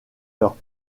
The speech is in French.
leurs